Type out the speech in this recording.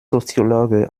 soziologe